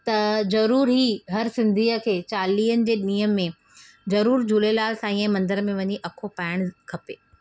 त ज़रूरु ई हर सिंधीअ खे चालीहनि जे ॾींहं में ज़रूरु झूलेलाल सांई जे मंदर में वञी अखो पाइण खपे